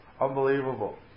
unbelievable